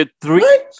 three